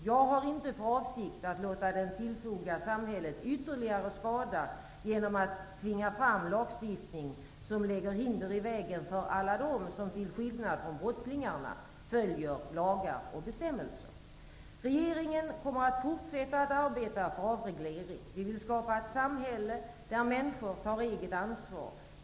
Jag har inte för avsikt att låta den tillfoga samhället ytterligare skada genom att tvinga fram lagstiftning som lägger hinder i vägen för alla dem som till skillnad från brottslingarna följer lagar och bestämmelser. Regeringen kommer att fortsätta att arbeta för avreglering. Vi vill skapa ett samhälle där människor tar eget ansvar.